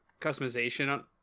customization